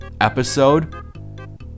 episode